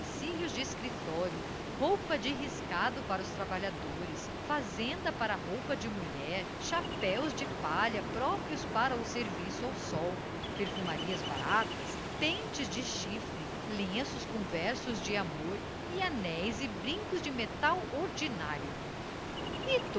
utensílios de escritório roupa de riscado para os trabalhadores fazenda para roupa de mulher chapéus de palha próprios para o serviço ao sol perfumarias baratas pentes de chifre lenços com versos de amor e anéis e brincos de metal ordinário